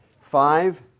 Five